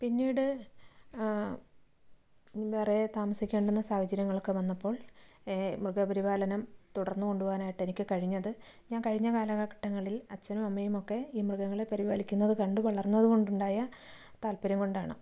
പിന്നീട് വേറെ താമസിക്കേണ്ടുന്ന സാഹചര്യങ്ങൾ ഒക്കെ വന്നപ്പോൾ മൃഗപരിപാലനം തുടർന്ന് കൊണ്ടുപോകാനായിട്ട് എനിക്ക് കഴിഞ്ഞത് ഞാൻ കഴിഞ്ഞ കാലഘട്ടങ്ങളിൽ അച്ഛനും അമ്മയുമൊക്കെ ഈ മൃഗങ്ങളെ പരിപാലിക്കുന്നത് കണ്ട് വളർന്നത് കൊണ്ടുണ്ടായ താല്പര്യം കൊണ്ടാണ്